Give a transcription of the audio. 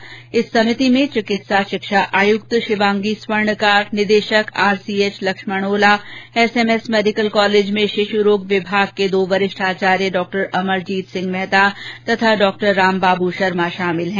चार सदस्यीय इस समिति में चिकित्सा शिक्षा आयुक्त शिवांगी स्वर्णकार निदेशक RCH Laxman Ola SMS medical college में शिशु रोग विभाग के दो वरिष्ठ आचार्य डॉ अमर जीत मेहता तथा डॉ रामबाबू शर्मा शामिल है